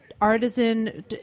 artisan